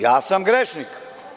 Ja sam grešnik.